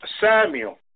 Samuel